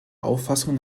auffassung